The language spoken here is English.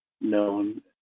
known